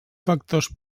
factors